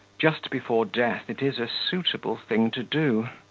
just before death it is a suitable thing to do,